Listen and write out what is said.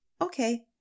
okay